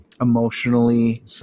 Emotionally